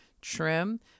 trim